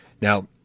Now